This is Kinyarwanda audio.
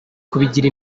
kubigira